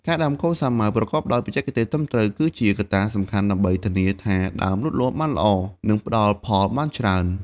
ការដាំកូនសាវម៉ាវប្រកបដោយបច្ចេកទេសត្រឹមត្រូវ គឺជាកត្តាសំខាន់ដើម្បីធានាថាដើមលូតលាស់បានល្អ និងផ្ដល់ផលបានច្រើន។